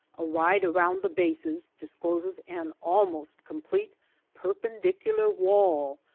a ride around the bases discloses an almost com plete perpendicular wall,